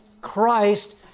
Christ